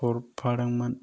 हरफादोंमोन